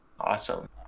Awesome